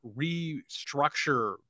restructure